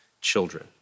children